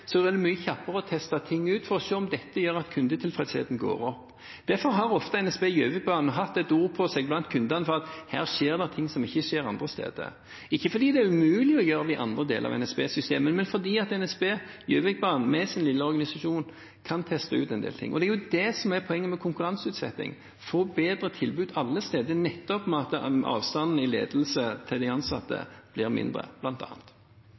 er det mye kjappere å teste ut ting for å se om dette gjør at kundetilfredsheten går opp. Derfor har NSB Gjøvikbanen blant kundene ofte hatt ord på seg for at her skjer det ting som ikke skjer andre steder – ikke fordi det er umulig å gjøre det i andre deler av NSB-systemet, men fordi NSB Gjøvikbanen, med sin lille organisasjon, kan teste ut en del ting. Det som er poenget med konkurranseutsetting, er jo å få bedre tilbud alle steder, nettopp ved at avstanden fra ledelsen til de ansatte blir mindre